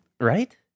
right